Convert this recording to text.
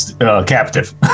captive